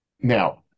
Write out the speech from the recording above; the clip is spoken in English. Now